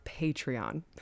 Patreon